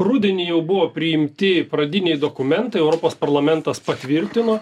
rudenį jau buvo priimti pradiniai dokumentai europos parlamentas patvirtino